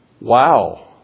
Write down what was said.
Wow